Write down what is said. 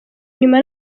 inyuma